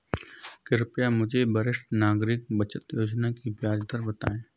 कृपया मुझे वरिष्ठ नागरिक बचत योजना की ब्याज दर बताएं?